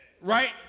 Right